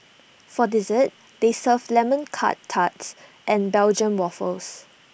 for dessert they serve lemon Curt tarts and Belgium Waffles